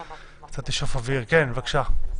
כן, בבקשה.